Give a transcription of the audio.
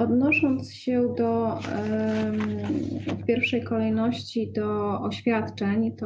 Odnosząc się w pierwszej kolejności do oświadczeń,